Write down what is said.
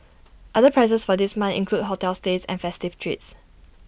other prizes for this month include hotel stays and festive treats